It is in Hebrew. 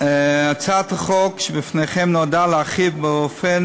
הצעת החוק שבפניכם נועדה להרחיב באופן